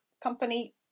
company